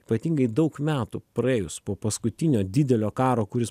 ypatingai daug metų praėjus po paskutinio didelio karo kuris